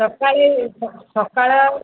ସକାଳେ ସକାଳେ ଆଉ